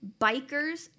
bikers